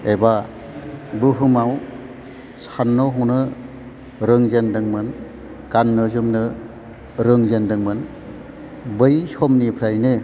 एबा बुहुमाव सान्नो हनो रोंजेनदोंमोन गाननो जोमनो रोंजेनदोंमोन बै समनिफ्रायनो